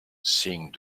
sing